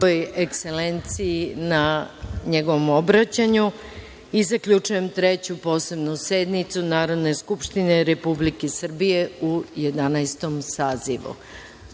Ekselenciji na njegovom obraćanju. Zaključujem Treću posebnu sednicu Narodne skupštine Republike Srbije u Jedanaestom